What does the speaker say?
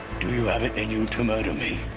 do you have it in you to murder me?